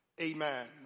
amen